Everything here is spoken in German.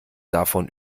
davon